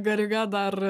gariga dar